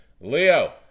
Leo